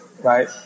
right